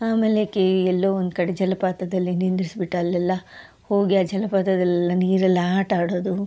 ಆಮೇಲೆ ಕೇ ಎಲ್ಲೋ ಒಂದ್ಕಡೆ ಜಲಪಾತದಲ್ಲಿ ನಿಂದಿರ್ಸ್ಬಿಟ್ಟು ಅಲ್ಲೆಲ್ಲ ಹೋಗಿ ಆ ಜಲಪಾತದಲ್ಲೆಲ್ಲ ನೀರಲ್ಲಿ ಆಟ ಆಡೋದು